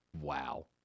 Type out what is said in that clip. Wow